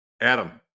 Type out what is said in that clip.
Adam